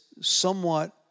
somewhat